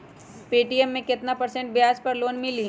Paytm मे केतना percent ब्याज पर लोन मिली?